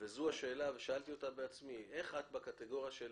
וזו השאלה ושאלתי אותה בעצמי, איך את בקטגוריה של